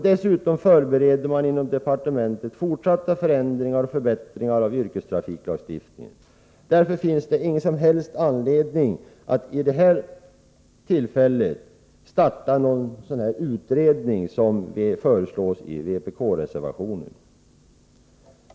Dessutom förbereder man inom departementet fortsatta förändringar och förbättringar av yrkestrafiklagstiftningen. Därför finns det ingen som helst anledning att nu starta någon sådan utredning som föreslås i vpk-reservationen.